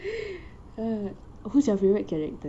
who's your favourite character